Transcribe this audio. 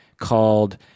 called